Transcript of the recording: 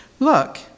Look